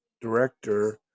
director